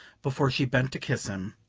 before she bent to kiss him.